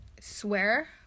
swear